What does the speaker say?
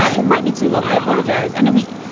ah it might be too long. i apologize and tweet.